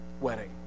wedding